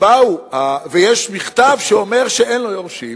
ויש מכתב שאומר שאין לו יורשים,